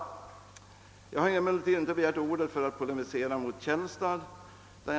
Jag har emellertid inte begärt ordet för att polemisera mot herr Källstad.